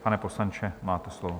Pane poslanče, máte slovo.